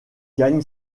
gagne